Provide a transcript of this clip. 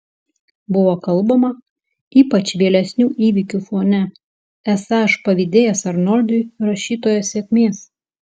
buvo kalbama ypač vėlesnių įvykių fone esą aš pavydėjęs arnoldui rašytojo sėkmės